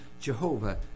Jehovah